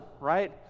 Right